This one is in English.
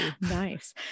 nice